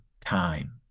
time